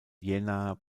jenaer